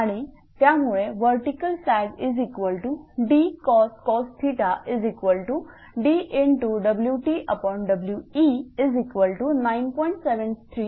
आणि त्यामुळे वर्टीकल सॅगdcos d×WTWe9